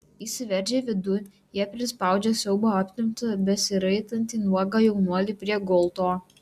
įsiveržę vidun jie prispaudžia siaubo apimtą besiraitantį nuogą jaunuolį prie gulto